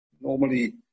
normally